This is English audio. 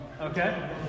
Okay